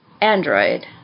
android